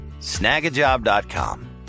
snagajob.com